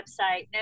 website